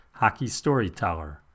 hockeystoryteller